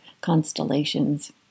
constellations